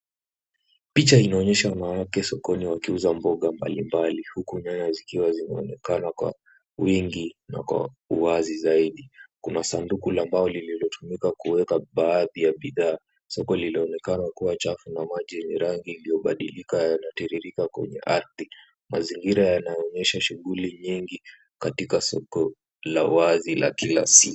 Picha inaonyesha wanawake sokoni wakiuza mboga mbalimbali, huku nyanya zikiwa zimeonekana kwa wingi na kwa wazi zaidi. Kuna sanduku la mbao lililotumika kuweka baadhi ya bidhaa. Soko linaonekana kuwa chafu na maji yenye rangi iliyobadilika yanatiririka kwenye ardhi. Mazingira yanaonyesha shughuli nyingi katika sokoni la wazi la kila siku.